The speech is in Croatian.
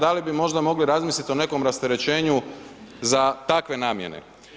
Da li bi možda mogli razmisliti o nekom rasterećenju za takve namjene?